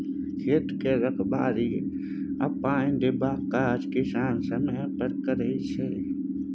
खेत के रखबाड़ी आ पानि देबाक काज किसान समय समय पर करैत छै